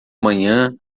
manhã